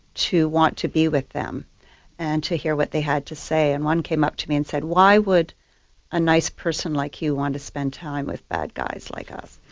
to want to be with them and to hear what they had to say. and one came up to me and said, why would a nice person like you want to spend time with bad guys like us?